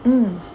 mm